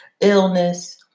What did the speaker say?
illness